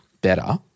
better